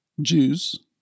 Jews